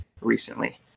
recently